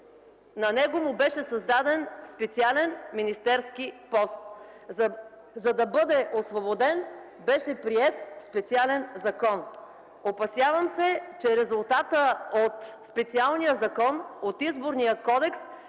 за него беше създаден специален министерски пост. За да бъде освободен, беше приет специален закон. Опасявам се, че резултатът от специалния закон – Изборният кодекс,